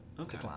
Okay